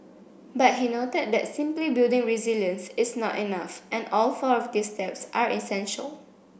but he noted that simply building resilience is not enough and all four of these steps are essential